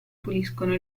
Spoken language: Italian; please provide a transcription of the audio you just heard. puliscono